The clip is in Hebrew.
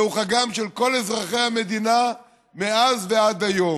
זהו חגם של כל אזרחי המדינה מאז ועד היום.